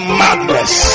madness